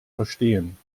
verstehen